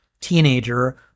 teenager